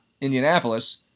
Indianapolis